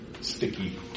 sticky